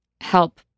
help